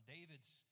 David's